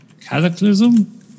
Cataclysm